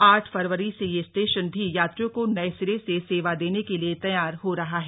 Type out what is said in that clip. आठ फरवरी से यह स्टेशन भी यात्रियों को नए सिरे से सेवा देने के लिए तैयार हो रहा है